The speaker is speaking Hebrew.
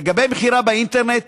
לגבי מכירה באינטרנט,